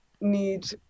need